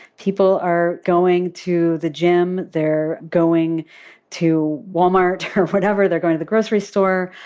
people are going to the gym. they're going to wal-mart or whatever. they're going to the grocery store.